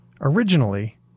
originally